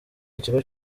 ikigo